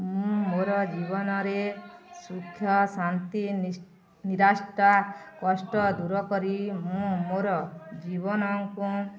ମୁଁ ମୋର ଜୀବନରେ ସୁଖ ଶାନ୍ତି ନିରାଷ୍ଟା କଷ୍ଟ ଦୂର କରି ମୁଁ ମୋର ଜୀବନଙ୍କୁ